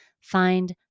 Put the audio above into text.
find